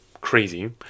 crazy